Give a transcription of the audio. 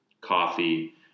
coffee